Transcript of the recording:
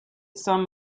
some